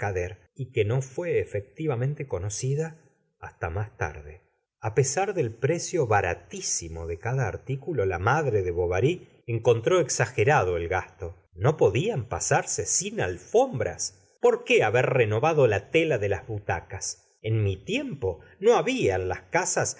y que no fué efectivamente conocida hasta más tarde a pesar del predo baratísimo de cada artículo la madre de bovary encontró exagerado el gasto no podían pasarse sin alfombras por qué haber renovado la tela de las butacas en mi tiempo no habla en las casas